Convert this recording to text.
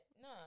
no